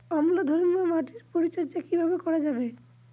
অম্লধর্মীয় মাটির পরিচর্যা কিভাবে করা যাবে?